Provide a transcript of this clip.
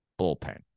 bullpen